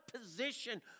position